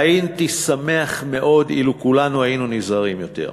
והייתי שמח אילו כולנו היינו נזהרים יותר.